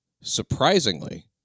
surprisingly